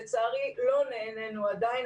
לצערי, לא נענינו עדיין.